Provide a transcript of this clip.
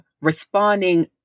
responding